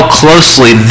closely